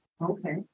Okay